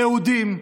יהודים,